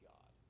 God